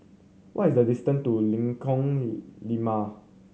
what is the distant to Lengkong Lima